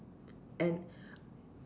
and